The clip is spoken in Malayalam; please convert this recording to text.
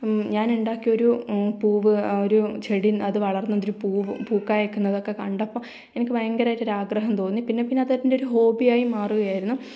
ഞാൻ ഉണ്ടാക്കിയൊരു പൂവ് ഒരു ചെടി അത് വളർന്നതൊരു പൂവ് പൂ കായ്ക്കുന്നതൊക്കെ കണ്ടപ്പോൾ എനിക്ക് ഭയങ്കരമായിട്ടൊരാഗ്രഹം തോന്നി പിന്നെ പിന്നെ അതിൻറ്റൊരു ഹോബി ആയി മാറുകയായിരുന്നു